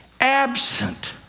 Absent